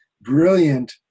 brilliant